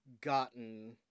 gotten